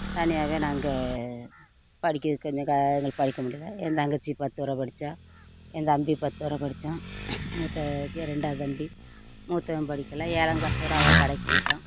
தனியாவே நாங்கள் படிக்கிறதுக்கு கொஞ்சம் எங்களுக்கு படிக்க முடியல என் தங்கச்சி பத்து வர படிச்சா என் தம்பி பத்து வர படிச்சான் மூத்த ரெண்டாவது தம்பி மூத்தவன் படிக்கலை ஏழாங்ளாஸோடய அவன் கடைக்கு போயிட்டான்